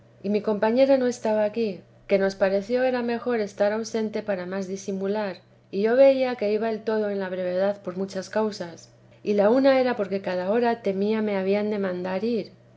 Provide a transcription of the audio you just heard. y mi compañera no estaba aquí que nos pareció era mejor estar ausente para más disimular y yo veía que iba el todo en la brevedad por muchas causas y la una era porque cada hora temía me habían de mandar ir